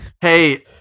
Hey